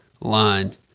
line